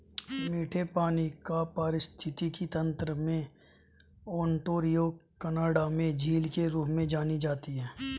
मीठे पानी का पारिस्थितिकी तंत्र में ओंटारियो कनाडा में झील के रूप में जानी जाती है